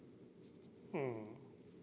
mm